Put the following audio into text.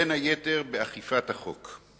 בין היתר באכיפת החוק.